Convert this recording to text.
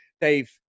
Dave